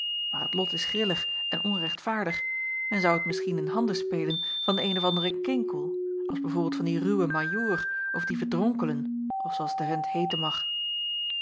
maar het lot is grillig en onrechtvaardig en zou het misschien in handen spelen van den een of anderen kinkel als b v van dien ruwen ajoor of dien erdronkelen of zoo als de vent heeten mag